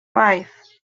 five